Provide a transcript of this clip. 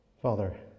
Father